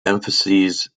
emphasises